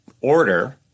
order